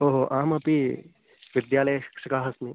ओ हो अहमपि विद्यालये शिक्षकः अस्मि